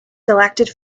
selected